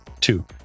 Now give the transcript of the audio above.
Two